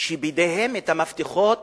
שבידיהם המפתחות